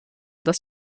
das